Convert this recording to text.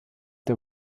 der